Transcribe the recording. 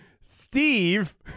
Steve